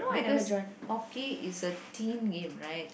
because hockey is a team game right